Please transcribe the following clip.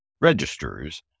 registers